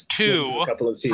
two